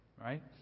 right